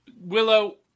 Willow